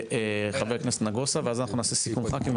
לח"כ לשעבר נגוסה ואז אנחנו נעשה סיכום ח"כים,